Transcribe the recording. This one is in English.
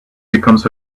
becomes